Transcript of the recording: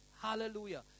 Hallelujah